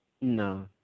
No